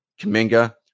Kaminga